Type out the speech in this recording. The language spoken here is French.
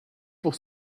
pour